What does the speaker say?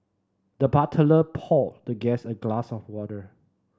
the butler poured the guest a glass of water